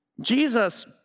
Jesus